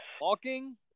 Walking